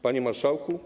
Panie Marszałku!